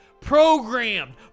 programmed